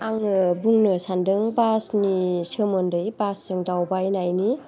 आङो बुंनो सानदों बासनि सोमोन्दोयै बासजों दावबायनायनि